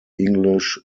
english